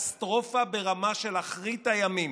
קטסטרופה ברמה של אחרית הימים.